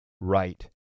right